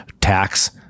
tax